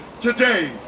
today